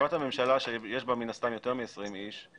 ישיבת הממשלה שיש בה מן הסתם יותר מ-20 אנשים,